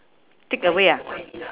takeaway ah